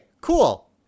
cool